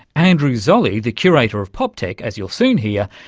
andrew zolli, the curator of poptech, as you'll soon hear,